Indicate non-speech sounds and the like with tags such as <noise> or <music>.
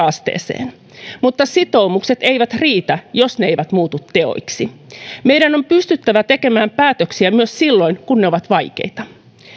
<unintelligible> asteeseen mutta sitoumukset eivät riitä jos ne eivät muutu teoiksi meidän on pystyttävä tekemään päätöksiä myös silloin kun ne ovat vaikeita